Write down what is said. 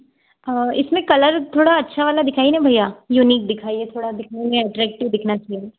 इसमें कलर थोड़ा अच्छा वाला दिखाइए ना भैया यूनिक दिखाइए थोड़ा दिखने में अट्रैक्टिव दिखना चाहिए